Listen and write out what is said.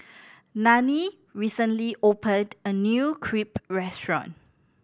Nanie recently opened a new Crepe restaurant